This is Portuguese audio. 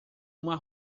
uma